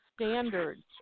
standards